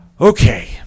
Okay